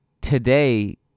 today